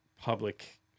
public